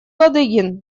ладыгин